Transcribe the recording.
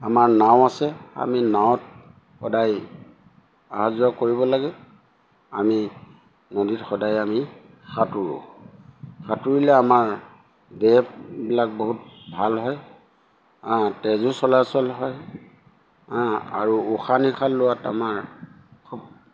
আমাৰ নাও আছে আমি নাৱত সদায় আহা যোৱা কৰিব লাগে আমি নদীত সদায় আমি সাঁতোৰোঁ সাঁতুৰিলে আমাৰ দেহবিলাক বহুত ভাল হয় তেজো চলাচল হয় আৰু উশাহ নিশাহ লোৱাত আমাৰ খুব